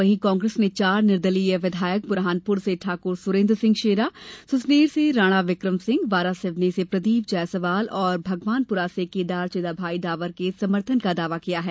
वहीं कांग्रेस ने चार निर्दलीय विधायक बुरहानपुर से ठाकुर सुरेंद्र सिंह शेरा सुसनेर से राणा विक्रम सिंह वारासिवनी से प्रदीप जायसवाल और भगवानपुरा से केदार चिदाभाई डावर के समर्थन का दावा किया है